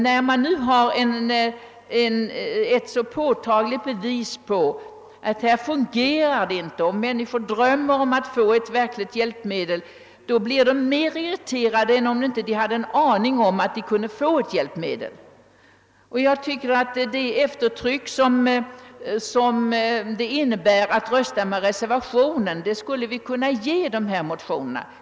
När det nu finns ett så påtagligt bevis på att systemet inte fungerar, trots att människor drömmer om att få ett verkligt hjälpmedel, irriteras vederbörande mer än om de inte hade en aning om att de kan erbjudas ett hjälpmedel. Vi skulle kunna ge de här motionerna det stöd som ligger i att vi röstar för reservationen.